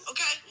Okay